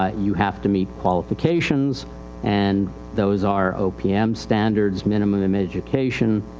ah you have to meet qualifications and those are opm standards, minimal um education,